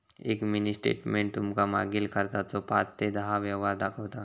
एक mini statement तुमका मागील खर्चाचो पाच ते दहा व्यवहार दाखवता